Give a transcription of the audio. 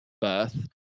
birth